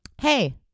hey